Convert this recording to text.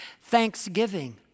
thanksgiving